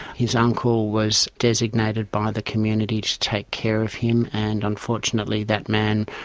his uncle was designated by the community to take care of him, and unfortunately that man,